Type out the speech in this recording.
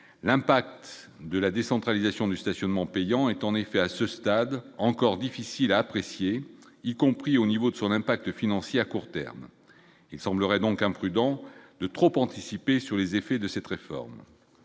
l'impact de la décentralisation du stationnement payant est en effet à ce stade encore difficiles à apprécier, y compris au niveau de son impact financier à court terme, il semblerait donc imprudent de trop anticiper sur les effets de cette réforme